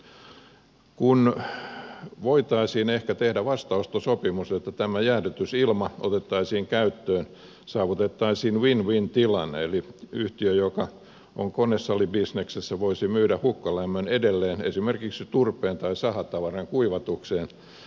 kun voitaisiin ehkä tehdä vastaostosopimus jotta tämä jäähdytysilma otettaisiin käyttöön saavutettaisiin win win tilanne eli yhtiö joka on konesalibisneksessä voisi myydä hukkalämmön edelleen esimerkiksi turpeen tai sahatavaran kuivatukseen